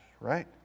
Right